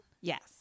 Yes